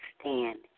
stand